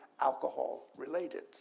alcohol-related